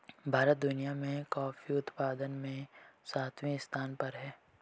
भारत दुनिया में कॉफी उत्पादन में सातवें स्थान पर है